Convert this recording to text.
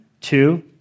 two